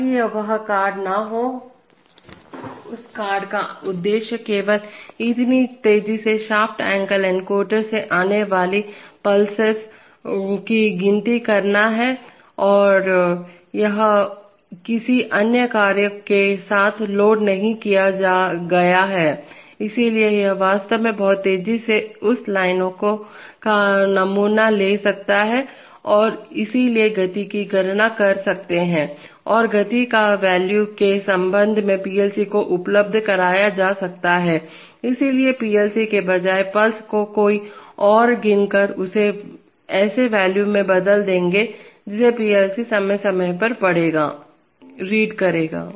ताकि वह कार्ड न हो उस कार्ड का उद्देश्य केवल इतनी तेजी से शाफ्ट एंगल एनकोडर से आने वाली पल्सर की गिनती करना हैयह किसी अन्य कार्य के साथ लोड नहीं किया गया है इसलिए यह वास्तव में बहुत तेजी से उस लाइन का नमूना ले सकता है और इसलिए गति की गणना कर सकते हैं और गति को वैल्यू के संदर्भ में PLC को उपलब्ध कराया जा सकता है इसलिए PLC के बजाय पल्स को कोई और गिनकर उसे ऐसे वैल्यू में बदल देंगे जिसे PLC समय समय पर पढ़ेगारीड करेगा